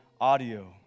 audio